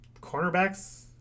cornerbacks